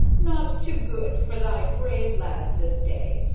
nought's too good for they brave lads this day.